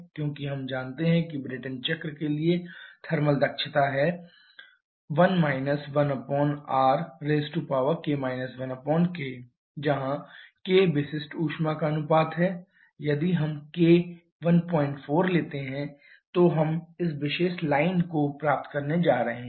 क्योंकि हम जानते हैं कि ब्रेटन चक्र के लिए थर्मल दक्षता है 𝜂thBrayton 1 1r𝑝k 1k जहां k विशिष्ट ऊष्मा का अनुपात है यदि हम k 14 लेते हैं तो हम इस विशेष लाइन को प्राप्त करने जा रहे हैं